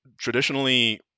traditionally